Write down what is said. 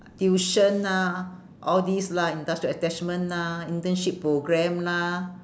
tuition ah all these lah industrial attachment lah internship programme lah